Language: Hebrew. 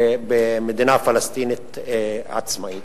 במדינה פלסטינית עצמאית.